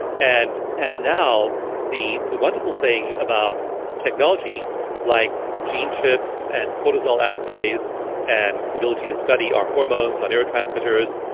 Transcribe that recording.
and and now the the wonderful thing about technology like gene trips and cortisol essays and the ability to study our hormones, our neurotransmitters,